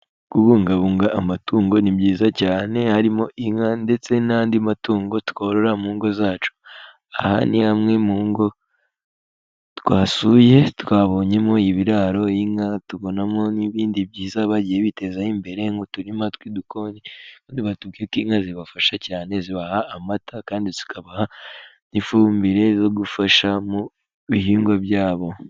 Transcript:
Kubungabunga amatungo ni byiza cyane harimo inka ndetse n'andi matungo tworora mu ngo zacu. Aha ni hamwe mu ngo twasuye, twabonyemo ibiraro, inka, tubonamo n'ibindi byiza bagiye bitezaho imbere, nk'uturima tw'udukoni, ubundi batubwiye ko inka zibafasha cyane, zibaha amata kandi zikabaha n'ifumbire zo gufasha mu bihingwa byabo.